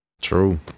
true